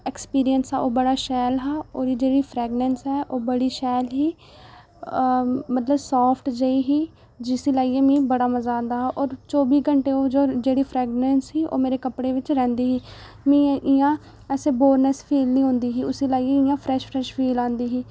experience हा ओह् बड़ा शैल हा और जेह्ड़ी फ्रैगरैंस ही ओह् बड़ी शैल ही मतलब साफ्ट जनेही ही जिसी लाइयै मिगी बड़ा मजा औंदा हा और चौह्बी घैंटे जेह्ड़ी फ्रैगरैंस ही ओह् मेरे कपड़ें च रौंह्दी ही मिगी इयां बोरनैस फील निही होंदी उसी लाइयै इयां फ्रैश फ्रैश फील आंदी ही